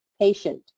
patient